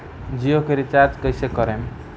जियो के रीचार्ज कैसे करेम?